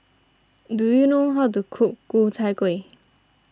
do you know how to cook Ku Chai Kueh